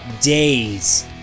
days